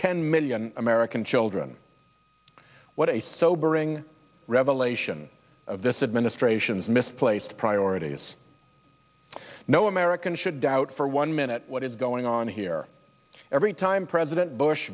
ten million american children what a sobering revelation of this administration's misplaced priorities no american should doubt for one minute what is going on here every time president bush